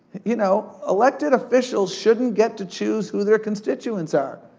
you know, elected officials shouldn't get to choose who their constituents are.